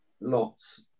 lots